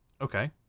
okay